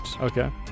Okay